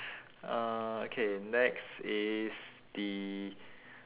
uh okay next is the